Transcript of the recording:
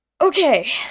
Okay